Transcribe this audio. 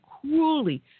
cruelly